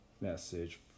message